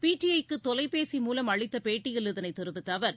PTI க்கு தொலைபேசி மூலம் அளித்த பேட்டியில் இதனை தெரிவித்த அவர்